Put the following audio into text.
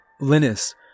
Linus